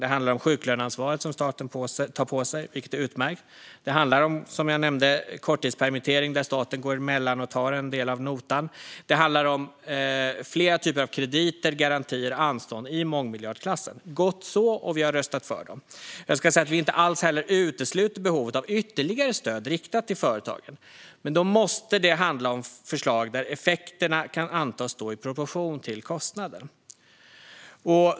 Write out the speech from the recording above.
Det handlar om sjuklöneansvaret, som staten tar på sig - vilket är utmärkt. Det handlar om korttidspermittering, som jag nämnde, där staten går emellan och tar en del av notan. Det handlar om flera typer av krediter, garantier och anstånd i mångmiljardklassen. Gott så! Vi har röstat för dem. Jag ska också säga att vi inte alls utesluter ytterligare stöd riktade till företagen vid behov. Men då måste det handla om förslag där effekterna kan antas stå i proportion till kostnaden.